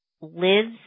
lives